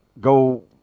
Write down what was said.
go –